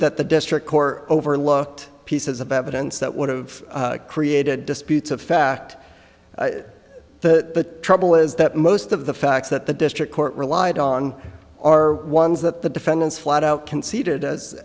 that the district court overlooked pieces of evidence that would have created disputes of fact the trouble is that most of the facts that the district court relied on are ones that the defendants flat out conceded as